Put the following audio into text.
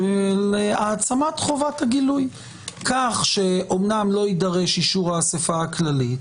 של העצמת חובת הגילוי כך שאמנם לא יידרש אישור האספה הכללית,